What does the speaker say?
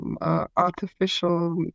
artificial